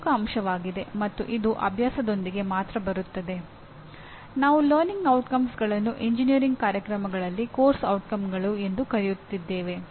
ಮೂರನೆಯ ಪಠ್ಯಕ್ರಮದ ಪರಿಣಾಮದಲ್ಲಿ ನಾವು ಎಂಜಿನಿಯರಿಂಗ್ ಪಠ್ಯಕ್ರಮದ ಪರಿಣಾಮಗಳನ್ನು ಹೇಗೆ ಬರೆಯುವುದು ಎಂಬುದನ್ನು ಕಲಿಯುತ್ತೇವೆ